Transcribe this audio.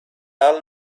all